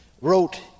wrote